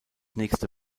nächste